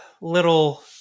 little